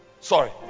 Sorry